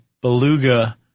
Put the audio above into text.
beluga